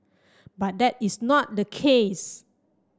but that is not the case